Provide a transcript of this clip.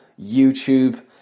YouTube